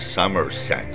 Somerset